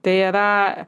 tai yra